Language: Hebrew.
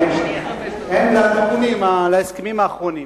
להסכמים האחרונים.